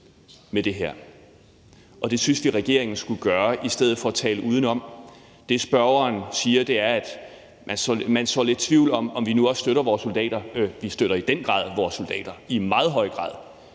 Det synes vi regeringen skulle gøre i stedet for at tale udenom. Man sår lidt tvivl om, om vi nu også støtter vores soldater. Vi støtter i den grad vores soldater – i meget høj grad!